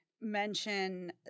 mention